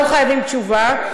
לא חייבים תשובה.